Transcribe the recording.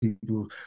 People